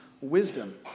wisdom